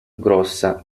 grossa